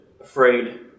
afraid